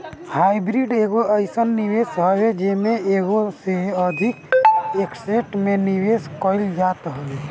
hybrid एगो अइसन निवेश हवे जेमे एगो से अधिक एसेट में निवेश कईल जात हवे